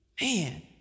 Man